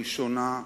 הראשונה,